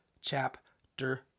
chapter